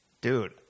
Dude